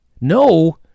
No